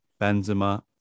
Benzema